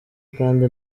kandi